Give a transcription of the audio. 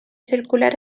circular